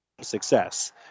success